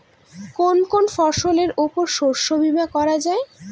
কোন কোন ফসলের উপর শস্য বীমা করা যায়?